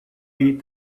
beat